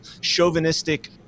chauvinistic